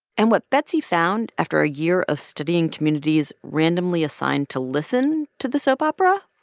and what betsy found after a year of studying communities randomly assigned to listen to the soap opera.